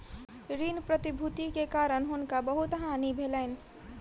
ऋण प्रतिभूति के कारण हुनका बहुत हानि भेलैन